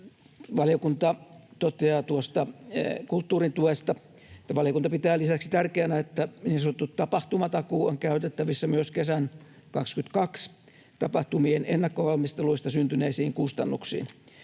valiokunta toteaa tuosta kulttuurin tuesta, että valiokunta pitää lisäksi tärkeänä, että niin sanottu tapahtumatakuu on käytettävissä myös kesän 22 tapahtumien ennakkovalmisteluista syntyneisiin kustannuksiin.